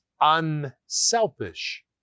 unselfish